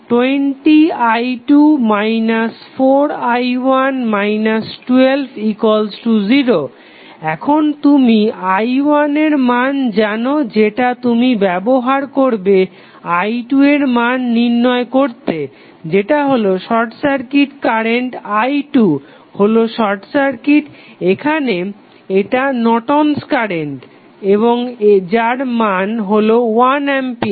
20i2 4i1 120 এখন তুমি i1 এর মান জানো যেটা তুমি ব্যবহার করবে i2 এর মান নির্ণয় করতে যেটা হলো শর্ট সার্কিট কারেন্ট কারণ i2 হলো শর্ট সার্কিট এখানে এটা নর্টন'স কারেন্ট Nortons current এবং যার মান হলো 1 অ্যাম্পিয়ার